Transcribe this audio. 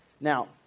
Now